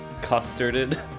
custarded